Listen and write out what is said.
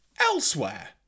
Elsewhere